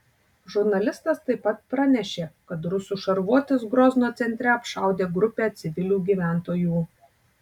žurnalistas taip pat pranešė kad rusų šarvuotis grozno centre apšaudė grupę civilių gyventojų